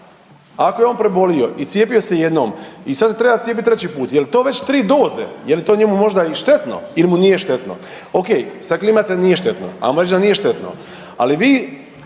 ako je on prebolio i cijepio se jednom i sada se treba cijepiti treći put jel' to već tri doze? Je li to njemu možda i štetno ili mu nije štetno? Ok. Sada klimate nije štetno, a možda nije štetno ali vi